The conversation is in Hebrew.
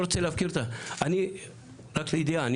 רק לידיעה,